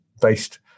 based –